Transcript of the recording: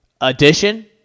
addition